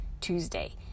Tuesday